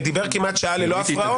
דיבר כמעט שעה ללא הפרעות.